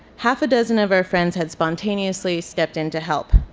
half a dozen of our friends had spontaneously stepped in to help.